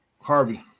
Harvey